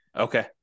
Okay